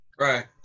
Right